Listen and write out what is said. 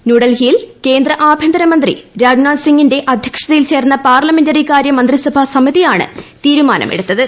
ന്യൂഡൽഹിയിൽ ആഭ്യന്തരമന്ത്രി രാജ്നാഥ്സിംഗിന്റെ അധ്യക്ഷതയിൽ ചേർന്ന പാർലമെന്ററി കാര്യ മന്ത്രിസഭാ സമിതിയാണ് തീരുമാനമെടുത്തത്